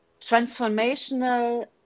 transformational